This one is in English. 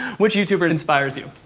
which youtuber inspires you?